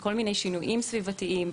כל מיני שינויים סביבתיים,